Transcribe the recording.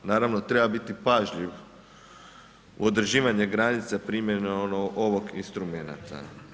Naravno treba biti pažljiv u određivanje granica primjenom ovih instrumenata.